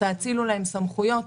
אם תאצילו להם סמכויות,